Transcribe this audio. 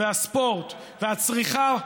והספורט והצריכה,